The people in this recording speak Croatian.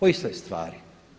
O istoj stvari.